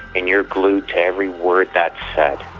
and you're glued to every word that's said.